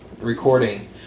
recording